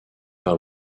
par